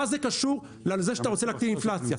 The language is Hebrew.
מה זה קשור לזה שאתה רוצה להקטין אינפלציה?